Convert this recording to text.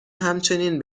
همچنین